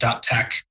Tech